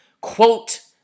quote